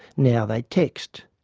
now, they text.